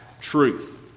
truth